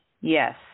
Yes